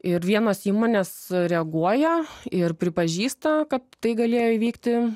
ir vienos įmonės reaguoja ir pripažįsta kad tai galėjo įvykti